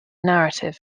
narrative